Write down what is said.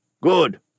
Good